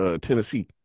Tennessee